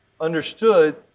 understood